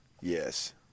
Yes